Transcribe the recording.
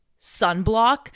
sunblock